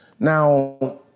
Now